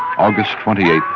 august twenty eight,